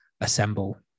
assemble